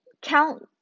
Count